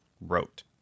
wrote